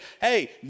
hey